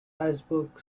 habsburg